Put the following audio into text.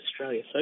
Australia